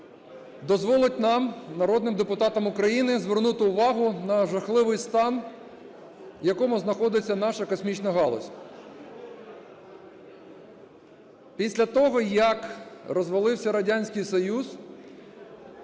дозволить нам, народним депутатам України, звернути увагу на жахливий стан, в якому знаходиться наша космічна галузь. Після того, як розвалився Радянський Союз,